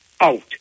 out